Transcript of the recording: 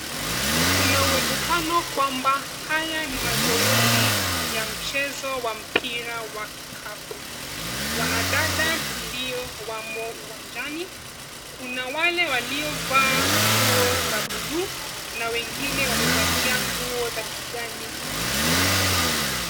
Kuna uwezekano kwamba haya ni mazoezi ya mchezo wa mpira wa kikapu. Wanadada ndio wamo uwanjani. Kuna wale waliovaa nguo za buluu na wengine wamevalia nguo za kijani kibivu.